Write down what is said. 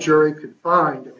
jury could find it